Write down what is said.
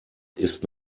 ist